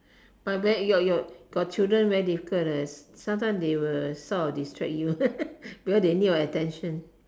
but when your your got children very difficult leh sometimes they will sort of distract you because they need your attention